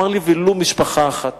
אמר לי: ולו משפחה אחת